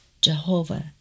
Jehovah